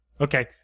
Okay